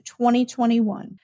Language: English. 2021